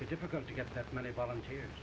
difficult to get that many volunteers